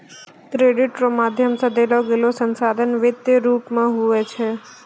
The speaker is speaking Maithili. क्रेडिट रो माध्यम से देलोगेलो संसाधन वित्तीय रूप मे हुवै छै